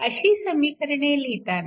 अशी समीकरणे लिहिताना